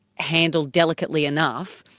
handled delicately enough,